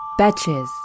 Betches